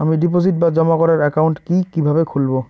আমি ডিপোজিট বা জমা করার একাউন্ট কি কিভাবে খুলবো?